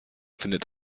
findet